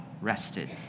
rested